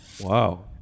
Wow